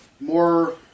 more